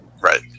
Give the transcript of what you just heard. Right